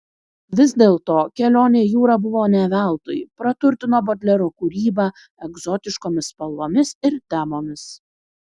vis dėlto kelionė jūra buvo ne veltui praturtino bodlero kūrybą egzotiškomis spalvomis ir temomis